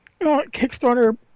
Kickstarter